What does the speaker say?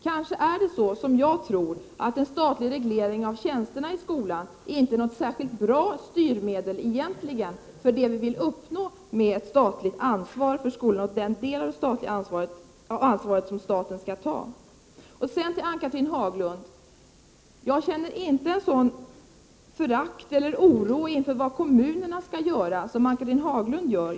Kanske är det så, som jag tror, att en statlig reglering av tjänsterna i skolan inte är något särskilt bra styrmedel för det vi vill uppnå med den del av ansvaret som vi vill att staten skall ta. I motsats till Ann-Cathrine Haglund känner jag inte någon oro för vad kommunerna kommer att göra och inte heller något förakt för kommunerna.